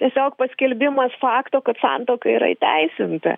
tiesiog paskelbimas fakto kad santuoka yra įteisinta